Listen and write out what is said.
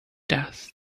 dust